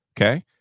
Okay